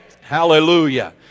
Hallelujah